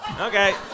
Okay